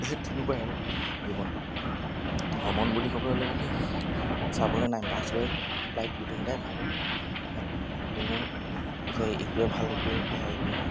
সেই তেনেকুৱাই আৰু জীৱনটোত ভ্ৰমণ বুলি ক'বলৈ গ'লে চাবলৈ নাই বাছ ৰেল ফ্লাইট গোটেইকেইটাই ভাল ইয়াত কোনো যে এইটোৱে ভাল এইটোৱে বেয়া এইটো নহয়